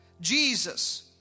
Jesus